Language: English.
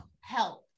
help